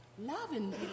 loving